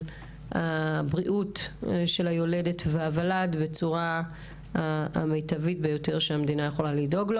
בריאות היולדת והוולד בצורה המיטבית ביותר שהמדינה יכולה לדאוג.